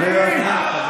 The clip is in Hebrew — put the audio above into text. כובש לא יכול להטיף מוסר.